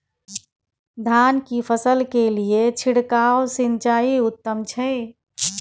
धान की फसल के लिये छिरकाव सिंचाई उत्तम छै?